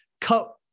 Cut